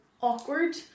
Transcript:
awkward